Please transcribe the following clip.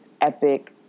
epic